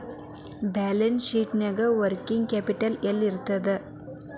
Balance ಶೇಟ್ನ್ಯಾಗ working capital ಯೆಲ್ಲಿರ್ತದ?